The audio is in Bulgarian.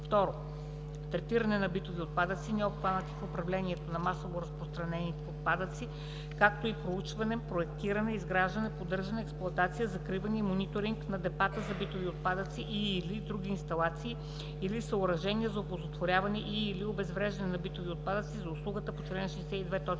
1; 2. третиране на битови отпадъци, необхванати в управлението на масово разпространените отпадъци както и проучване, проектиране, изграждане, поддържане, експлоатация, закриване и мониторинг на депата за битови отпадъци и/или други инсталации или съоръжения за оползотворяване и/или обезвреждане на битови отпадъци – за услугата по чл. 62,